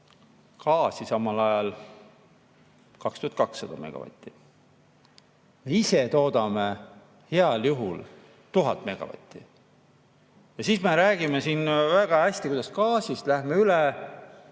gaasi samal ajal 2200 megavatti. Ise toodame heal juhul 1000 megavatti. Ja siis me räägime siin, kuidas me gaasist lähme üle